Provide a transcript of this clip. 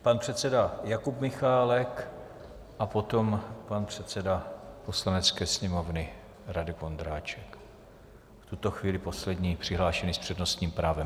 Pan předseda Jakub Michálek a potom pan předseda Poslanecké sněmovny Radek Vondráček, v tuto chvíli poslední přihlášený s přednostním právem.